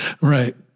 right